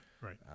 Right